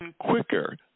quicker